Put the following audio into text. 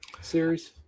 series